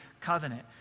covenant